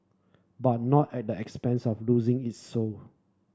but not at the expense of losing its soul